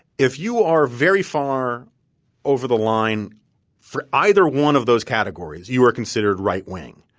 if you are very far over the line for either one of those categories, you are considered right wing.